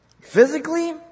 Physically